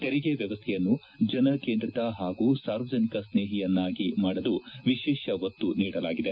ತೆರಿಗೆ ವ್ವವಸ್ಥೆಯನ್ನು ಜನಕೇಂದ್ರಿತ ಹಾಗೂ ಸಾರ್ವಜನಿಕ ಸ್ನೇಹಿಯನ್ನಾಗಿ ಮಾಡಲು ವಿಶೇಷ ಒತ್ತು ನೀಡಲಾಗಿದೆ